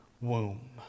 womb